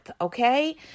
okay